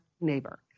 neighbor